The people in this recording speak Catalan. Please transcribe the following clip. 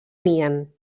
nien